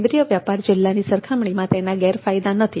કેન્દ્રીય વ્યાપાર જિલ્લાની સરખામણીમાં તેના ગેરફાયદા નથી